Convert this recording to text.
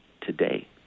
today